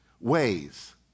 ways